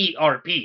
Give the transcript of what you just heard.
ERP